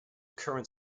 current